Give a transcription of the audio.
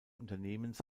unternehmens